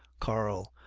karl.